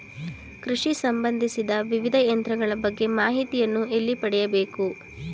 ಕೃಷಿ ಸಂಬಂದಿಸಿದ ವಿವಿಧ ಯಂತ್ರಗಳ ಬಗ್ಗೆ ಮಾಹಿತಿಯನ್ನು ಎಲ್ಲಿ ಪಡೆಯಬೇಕು?